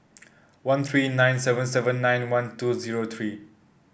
one three nine seven seven nine one two zero three